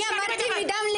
אני אמרתי מדם ליבי.